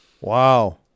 Wow